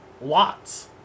lots